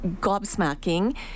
gobsmacking